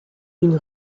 une